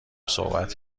صحبت